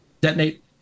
detonate